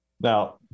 Now